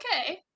Okay